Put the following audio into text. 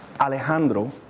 alejandro